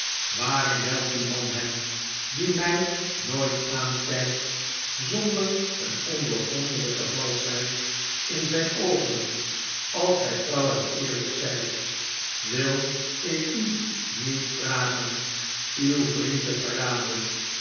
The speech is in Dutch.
waarin helpt die man hem die mij nooit aankijkt zonder een ondoorgrbndelijke valschheid in zijn oogen als gij trouw en eerlijk zijt wil ik u niet vragen uw vriend te verraden